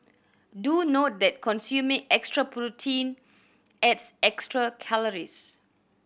do note that consuming extra protein adds extra calories